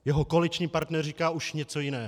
Jeho koaliční partner říká už něco jiného.